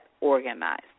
organized